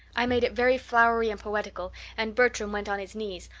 i made it very flowery and poetical and bertram went on his knees,